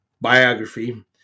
biography